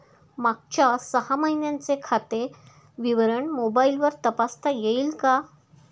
मागच्या सहा महिन्यांचे खाते विवरण मोबाइलवर तपासता येईल का?